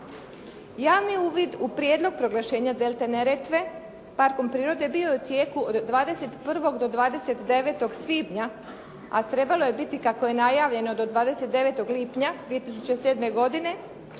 Javni uvid u prijedlog proglašenja delte Neretve parkom prirode bio je u tijeku od 21. do 29. svibnja, a trebalo je biti kako je najavljeno do 29. lipnja 2007. godine,